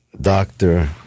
doctor